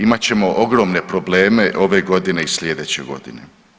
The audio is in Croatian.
Imat ćemo ogromne probleme ove godine i slijedeće godine.